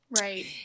Right